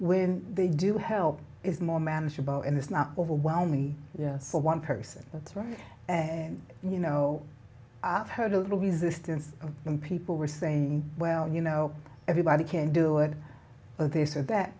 when they do help is more manageable and it's not overwhelming for one person that's right you know i've heard a little resistance from people who are saying well you know everybody can do it for this or that